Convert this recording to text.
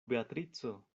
beatrico